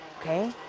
okay